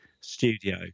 Studio